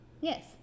Yes